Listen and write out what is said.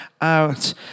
out